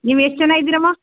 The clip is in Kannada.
ನೀವು ಎಷ್ಟು ಜನ ಇದ್ದೀರಮ್ಮ